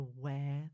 aware